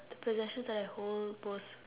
the possessions that I hold most